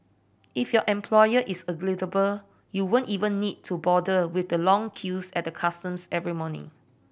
if your employer is agreeable you won't even need to bother with the long queues at the customs every morning